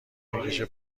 میکشه